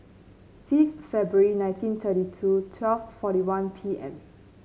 fifth February nineteen thirty two twelve forty one P M